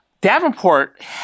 Davenport